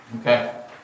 Okay